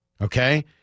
okay